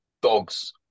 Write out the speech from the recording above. dogs